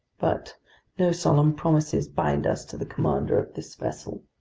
but no solemn promises bind us to the commander of this vessel.